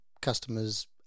customers